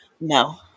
No